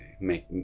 make